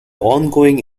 ongoing